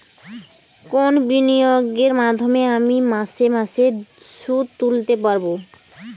কোন বিনিয়োগের মাধ্যমে আমি মাসে মাসে সুদ তুলতে পারবো?